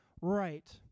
right